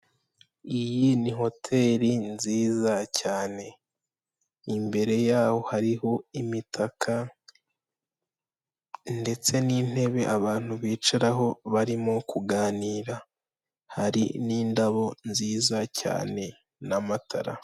Iyi ni hoteri nziza cyane. Imbere yaho hariho imitaka ndetse n'intebe abantu bicaraho barimo kuganira. Hari n'indabo nziza cyane n'amatara.